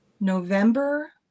november